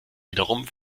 wiederum